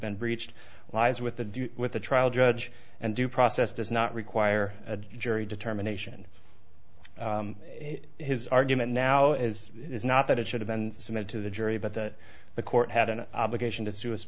been breached lies with the with the trial judge and due process does not require a jury determination his argument now is not that it should have been sent to the jury but that the court had an obligation to su